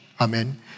Amen